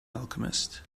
alchemist